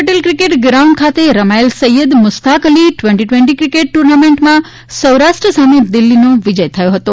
Patel cricket ground ખાતે રમાયેલી Syed Mushtaq Ali T twenty cricket ટુર્નામેન્ટમાં સૌરાષ્ટ્ર સામે દિલ્હીનો વિજય થયો છે